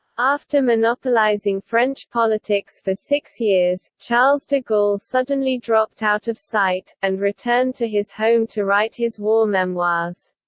after monopolizing french politics for six years, charles de gaulle suddenly dropped out of sight, and returned to his home to write his war memoirs.